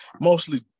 mostly